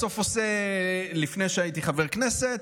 לפני שהייתי חבר כנסת,